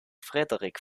frederik